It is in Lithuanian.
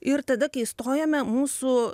ir tada kai stojome mūsų